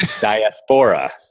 diaspora